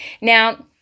Now